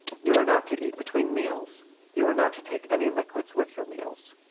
you are not to eat between meals you are not to take any liquids with your meals.